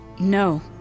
No